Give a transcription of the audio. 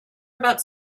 about